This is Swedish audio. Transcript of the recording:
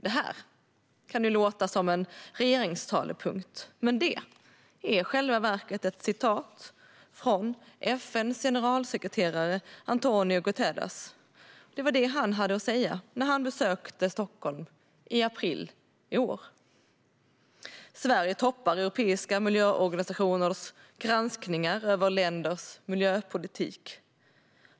Det här kan ju låta som en av regeringens talepunkter, men det är i själva verket ett citat från FN:s generalsekreterare António Guterres. Det var det han hade att säga när han besökte Stockholm i april i år. Sverige toppar europeiska miljöorganisationers granskningar av länders miljöpolitik.